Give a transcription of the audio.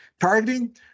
targeting